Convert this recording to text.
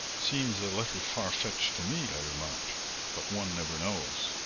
seems a little far-fetched to me, i remarked but one never knows.